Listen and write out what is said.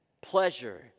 Pleasure